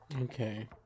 Okay